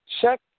check